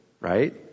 right